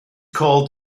called